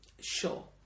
Sure